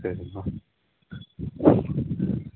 சரிம்மா